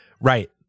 Right